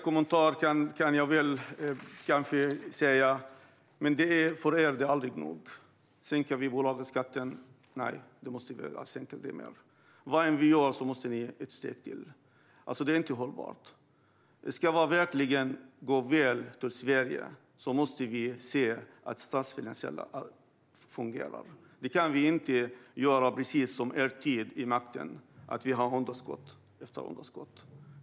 För er är det aldrig nog. Sänker vi bolagsskatten, anser ni att vi måste sänka den mer. Vad vi än gör måste ni gå ett steg till. Det är inte hållbart. Om det verkligen ska gå väl för Sverige måste vi se till att det är ordning i statsfinanserna. Då kan vi inte göra som ni gjorde under er tid vid makten och ha underskott efter underskott.